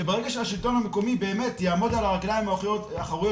שברגע שהשלטון המקומי באמת יעמוד על הרגליים האחוריות